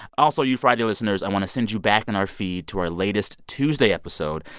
also, you friday listeners, i want to send you back in our feed to our latest tuesday episode.